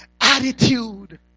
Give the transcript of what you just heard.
attitude